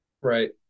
Right